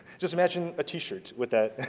just imagine a t-shirt with that,